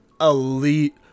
elite